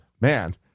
man